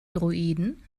druiden